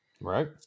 Right